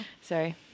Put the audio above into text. Sorry